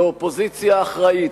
כאופוזיציה אחראית,